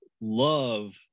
love